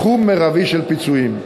סכום מרבי של פיצויים,